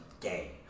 gay